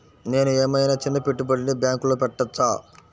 నేను ఏమయినా చిన్న పెట్టుబడిని బ్యాంక్లో పెట్టచ్చా?